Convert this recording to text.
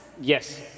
Yes